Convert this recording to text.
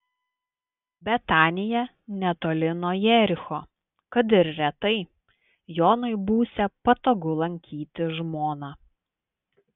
betanija netoli nuo jericho kad ir retai jonui būsią patogu lankyti žmoną